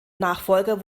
nachfolger